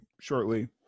shortly